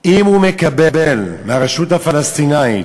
אם הוא מקבל מהרשות הפלסטינית,